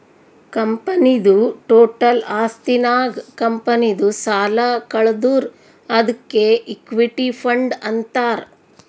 ಕಂಪನಿದು ಟೋಟಲ್ ಆಸ್ತಿ ನಾಗ್ ಕಂಪನಿದು ಸಾಲ ಕಳದುರ್ ಅದ್ಕೆ ಇಕ್ವಿಟಿ ಫಂಡ್ ಅಂತಾರ್